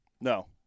No